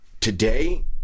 today